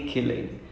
mm